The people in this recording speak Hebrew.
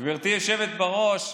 גברתי היושבת-ראש,